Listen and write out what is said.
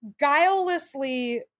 guilelessly